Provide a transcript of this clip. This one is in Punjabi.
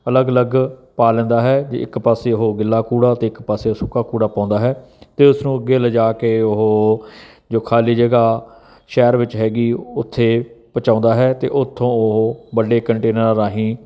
ਅਲੱਗ ਅਲੱਗ ਪਾ ਲੈਂਦਾ ਹੈ ਜੇ ਇੱਕ ਪਾਸੇ ਉਹ ਗਿੱਲਾ ਕੂੜਾ ਅਤੇ ਇੱਕ ਪਾਸੇ ਉਹ ਸੁੱਕਾ ਕੂੜਾ ਪਾਉਂਦਾ ਹੈ ਅਤੇ ਉਸਨੂੰ ਅੱਗੇ ਲਿਜਾ ਕੇ ਉਹ ਜੋ ਖਾਲੀ ਜਗਾ ਸ਼ਹਿਰ ਵਿੱਚ ਹੈਗੀ ਉੱਥੇ ਪਹੁੰਚਾਉਂਦਾ ਹੈ ਅਤੇ ਉਥੋਂ ਉਹ ਵੱਡੇ ਕੰਟੇਨਰਾਂ ਰਾਹੀਂ